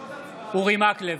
אורי מקלב,